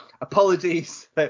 apologies